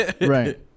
Right